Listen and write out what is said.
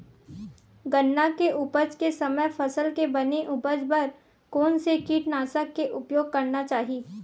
गन्ना के उपज के समय फसल के बने उपज बर कोन से कीटनाशक के उपयोग करना चाहि?